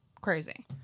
crazy